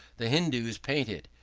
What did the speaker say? the hindoos paint it,